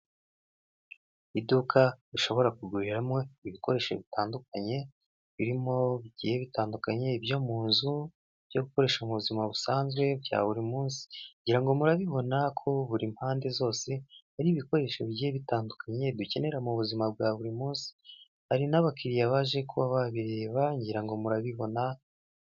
Iduka rishobora kuguriramo ibikoresho bitandukanye, birimo bigiye bitandukanye ibyo mu nzu, byo gukoresha mu buzima busanzwe bya buri munsi, ngira ngo murabibona ko buri mpande zose hari ibikoresho bigiye bitandukanye dukenera mu buzima bwa buri munsi, hari n'abakiriya baje kuba babireba ngirango murabibona.